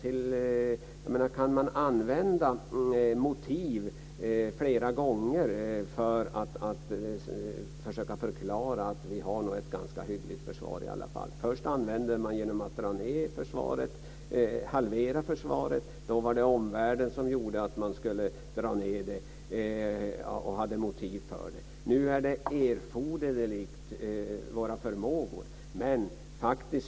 Kan man flera gånger använda samma motivering för att försöka förklara att vi nog i alla fall har ett ganska hyggligt försvar? Först används den när det gäller att halvera försvaret. Det var omvärlden som utgjorde motiveringen för att neddragningen kunde ske. Nu gäller det att våra förmågor är erforderliga.